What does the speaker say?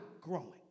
growing